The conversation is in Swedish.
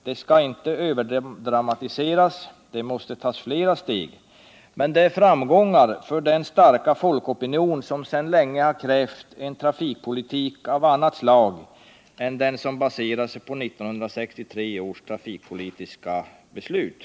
De skall inte överdramatiseras — det måste tas flera steg — men detta är framgångar för den starka folkopinion som sedan länge krävt en trafikpolitik av annat slag än den som baserade sig på 1963 års trafikpolitiska beslut.